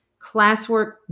classwork